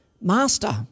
Master